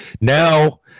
Now